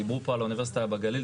דיברו פה על אוניברסיטה בגליל.